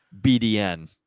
BDN